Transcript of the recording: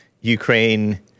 Ukraine